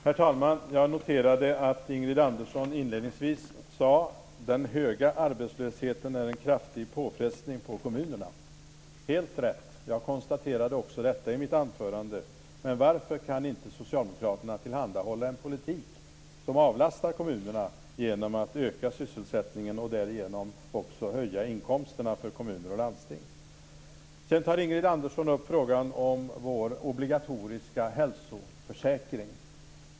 Herr talman! Jag noterade att Ingrid Andersson inledningsvis sade att den höga arbetslösheten är en kraftig påfrestning på kommunerna. Det är helt rätt. Också jag konstaterade detta i mitt anförande. Men varför kan inte socialdemokraterna tillhandahålla en politik som avlastar kommunerna genom att öka sysselsättningen och därigenom också höja inkomsterna för kommuner och landsting? Sedan tar Ingrid Andersson upp frågan om vårt förslag till obligatorisk hälsoförsäkring.